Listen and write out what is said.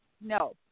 No